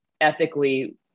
ethically